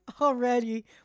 Already